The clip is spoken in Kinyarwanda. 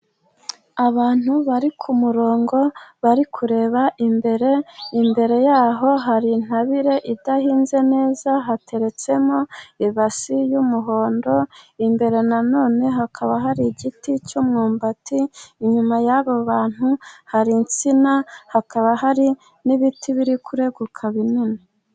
Abantu bari ku murongo, bari kureba imbere, imbere yaho hari intabire idahinze neza, hateretsemo ibase y'umuhondo, imbere na none, hakaba hari igiti cy'umwumbati, inyuma y'abo bantu hari insina, hakaba hari n'ibiti biri kureguka binini.